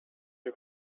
the